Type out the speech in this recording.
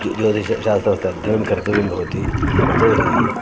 ज्योतिषशास्त्रस्य अध्ययनं कर्तव्यं भवति यतो हि